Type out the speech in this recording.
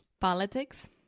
Politics